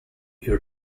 your